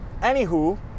anywho